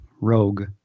Rogue